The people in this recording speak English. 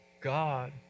god